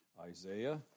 Isaiah